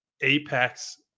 apex